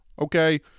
Okay